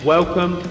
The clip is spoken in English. Welcome